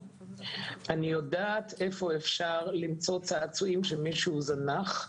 אני יודעת איפה אפשר למצוא צעצועים שמישהו זנח,